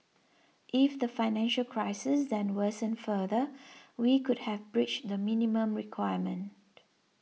if the financial crisis then worsened further we could have breached the minimum requirement